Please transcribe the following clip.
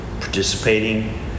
participating